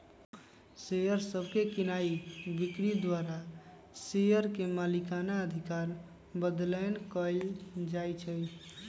share सभके कीनाइ बिक्री द्वारा शेयर के मलिकना अधिकार बदलैंन कएल जाइ छइ